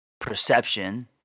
perception